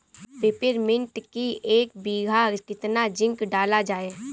Peppermint की एक बीघा कितना जिंक डाला जाए?